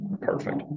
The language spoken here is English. Perfect